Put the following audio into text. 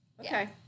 Okay